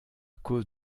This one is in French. cause